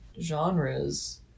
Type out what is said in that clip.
genres